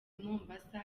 mombasa